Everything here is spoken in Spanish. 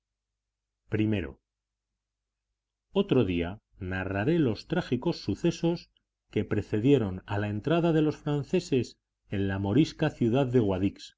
i otro día narraré los trágicos sucesos que precedieron a la entrada de los franceses en la morisca ciudad de